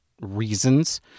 reasons